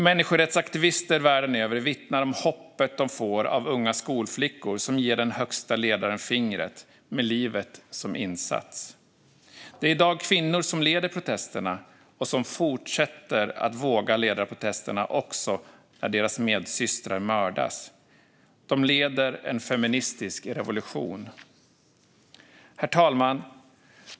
Människorättsaktivister världen över vittnar om hoppet de får av unga skolflickor som ger den högsta ledaren fingret med livet som insats. Det är i dag kvinnor som leder protesterna och som fortsätter att våga leda protesterna också när deras medsystrar mördas. De leder en feministisk revolution. Herr talman!